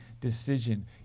decision